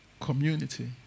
Community